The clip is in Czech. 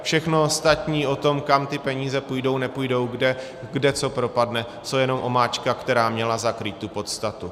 Všechno ostatní, kam ty peníze půjdou, nepůjdou, kde co propadne, jsou jenom omáčka, která měla zakrýt tu podstatu.